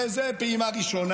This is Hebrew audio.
וזאת פעימה ראשונה.